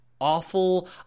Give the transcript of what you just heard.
awful